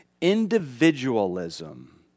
Individualism